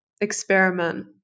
experiment